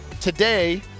today